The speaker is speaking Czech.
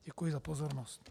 Děkuji za pozornost.